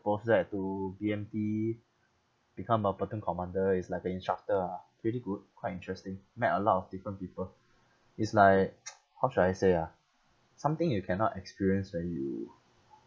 posted to B_M_T become a platoon commander it's like a instructor ah pretty good quite interesting met a lot of different people it's like how should I say ah something you cannot experience when you